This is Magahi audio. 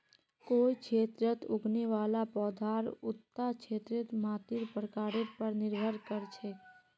कोई क्षेत्रत उगने वाला पौधार उता क्षेत्रेर मातीर प्रकारेर पर निर्भर कर छेक